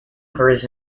occurs